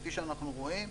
כפי שאנחנו רואים,